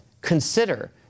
consider